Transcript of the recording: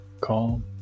calm